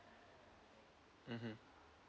mmhmm